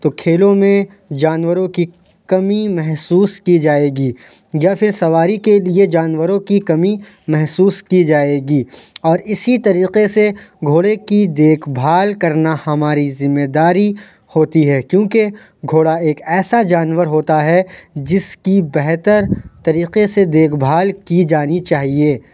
تو کھیلوں میں جانوروں کی کمی محسوس کی جائے گی یا فر سواری کے لیے جانوروں کی کمی محسوس کی جائے گی اور اسی طریقے سے گھوڑے کی دیکھ بھال کرنا ہماری ذمے داری ہوتی ہے کیونکہ گھوڑا ایک ایسا جانور ہوتا ہے جس کی بہتر طریقے سے دیکھ بھال کی جانی چاہیے